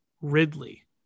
Ridley